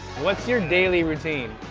what's your daily routine?